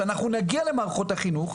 שאנחנו נגיע לתוך מערכות החינוך.